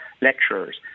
lecturers